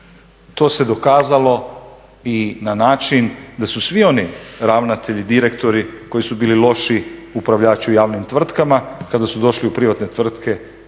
To se dokazalo i na način da su svi oni ravnatelji, direktori koji su bili loši upravljači u javnim tvrtkama kada su došli u privatne tvrtke